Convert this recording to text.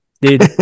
dude